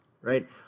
right